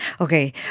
Okay